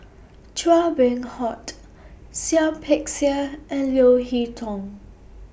Chua Beng Huat Seah Peck Seah and Leo Hee Tong